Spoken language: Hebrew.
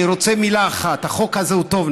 אני רוצה לומר מילה אחת: החוק הזה הוא טוב,